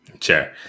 Sure